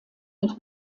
mit